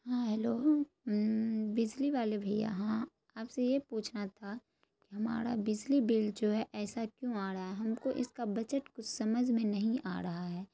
ہاں ہلو بجلی والے بھیا ہاں آپ سے یہ پوچھنا تھا ہمارا بجلی بل جو ہے ایسا کیوں آ رہا ہے ہم کو اس کا بجٹ کچھ سمجھ میں نہیں آ رہا ہے